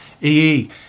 EE